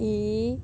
T